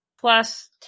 Plus